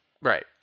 Right